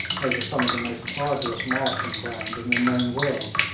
over some of the most arduous marching ground in the known world.